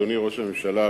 אדוני ראש הממשלה,